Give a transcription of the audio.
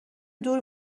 دور